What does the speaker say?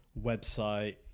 Website